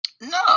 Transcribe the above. No